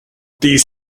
these